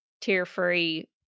tear-free